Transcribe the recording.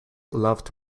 loved